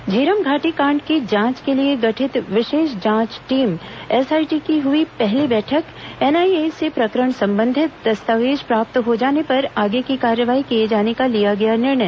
झीरम घाटी कांड की जांच के लिए गठित विशेष जांच टीम एसआईटी की हुई पहली बैठक एनआईए से प्रकरण संबंधित दस्तावेज प्राप्त हो जाने पर आगे की कार्यवाही किए जाने का लिया गया निर्णय